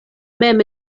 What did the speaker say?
mem